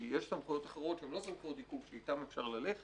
כי יש סמכויות אחרות שהן לא סמכויות עיכוב שאיתן אפשר ללכת.